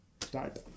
start